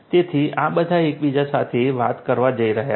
તેથી આ બધા એકબીજા સાથે વાત કરવા જઈ રહ્યા છે